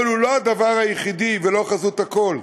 אבל הוא לא הדבר היחידי ולא חזות הכול.